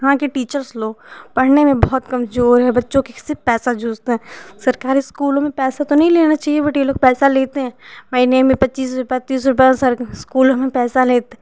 वहाँ के टीचर्स लोग पढ़ने में बहुत कमजोर हैं बच्चों कि सिर्फ पैसा चूसते हैं सरकारी इस्कूलों में पैसा तो नहीं लेना चाहिए बट ये लोग पैसा लेते हैं महीने में पच्चीस रुपये तीस रुपये और सारे इस्कूलों में पैसा लेते